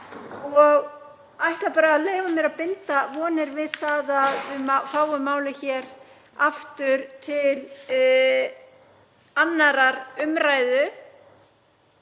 Ég ætla bara að leyfa mér að binda vonir við það að við fáum málið hér aftur til 2. umræðu